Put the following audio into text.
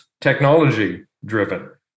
technology-driven